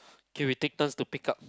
K we take turns to pick up